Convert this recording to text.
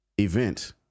event